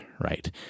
right